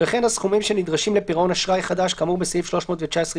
וכן הסכומים הנדרשים לפירעון אשראי חדש כאמור בסעיף 319יא(6),